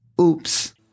Oops